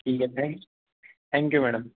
ठीक आहे thank thank you madam